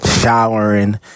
showering